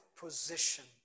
position